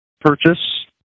purchase